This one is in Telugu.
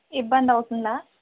ఇబ్బందవుతుందా